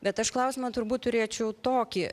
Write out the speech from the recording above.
bet aš klausimą turbūt turėčiau tokį